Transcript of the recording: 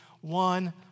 one